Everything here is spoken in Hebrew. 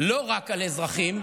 לא רק על אזרחים,